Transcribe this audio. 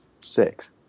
Six